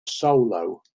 solos